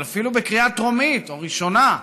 אבל אפילו בקריאה טרומית או ראשונה.